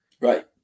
Right